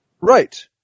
Right